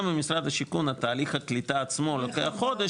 גם במשרד השיכון תהליך הקליטה עצמו לוקח חודש,